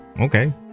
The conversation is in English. Okay